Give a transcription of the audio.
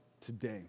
today